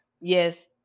Yes